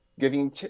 giving